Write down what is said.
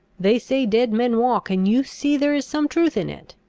they say dead men walk, and you see there is some truth in it.